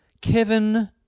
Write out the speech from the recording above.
Kevin